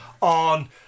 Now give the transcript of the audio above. on